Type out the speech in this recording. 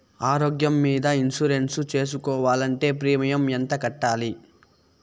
ఆరోగ్యం మీద ఇన్సూరెన్సు సేసుకోవాలంటే ప్రీమియం ఎంత కట్టాలి?